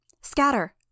Scatter